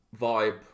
vibe